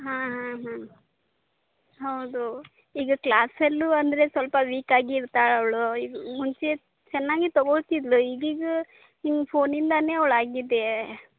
ಹಾಂ ಹಾಂ ಹಾಂ ಹೌದು ಈಗ ಕ್ಲಾಸಲ್ಲೂ ಅಂದರೆ ಸ್ವಲ್ಪ ವೀಕ್ ಆಗಿ ಇರ್ತಾಳೆ ಅವಳು ಮುಂಚೆ ಚೆನ್ನಾಗಿ ತಗೋಳ್ತಿದ್ದಳು ಈಗೀಗ ನಿಮ್ಮ ಫೋನಿಂದಾನೇ ಅವ್ಳು ಆಗಿದೆ